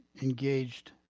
engaged